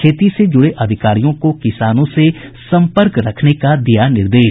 खेती से जुड़े अधिकारियों को किसानों से संपर्क रखने का दिया निर्देश